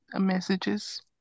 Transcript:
messages